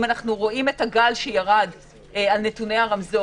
אם אנו רואים את הגל שירד על נתוני הרמזור